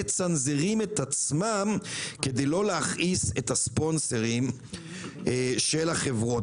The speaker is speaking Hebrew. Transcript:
מצנזרים את עצמם כדי לא להכעיס את הספונסרים של החברות.